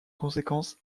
conséquence